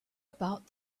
about